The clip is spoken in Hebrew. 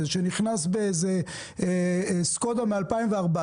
שנכנס בסקודה משנת 2014,